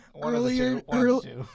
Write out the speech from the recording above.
Earlier